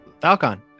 Falcon